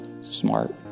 smart